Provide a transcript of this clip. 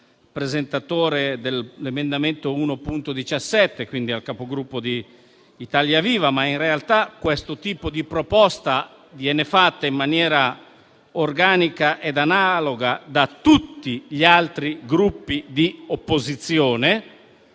presentatore dell'emendamento 1.17, quindi al Capogruppo di Italia Viva, ma in realtà questo tipo di proposta viene fatta in maniera organica ed analoga da tutti gli altri Gruppi di opposizione.